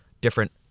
different